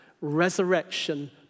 resurrection